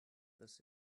this